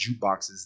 jukeboxes